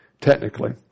technically